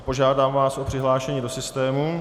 Požádám vás o přihlášení do systému.